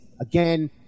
Again